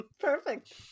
Perfect